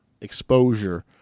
exposure